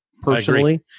personally